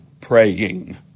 praying